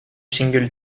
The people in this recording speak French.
single